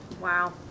Wow